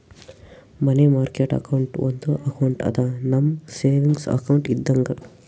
ಮನಿ market account ಒಂದು account ಅದಾ, ನಮ್ ಸೇವಿಂಗ್ಸ್ ಅಕೌಂಟ್ ಇದ್ದಂಗ